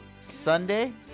Sunday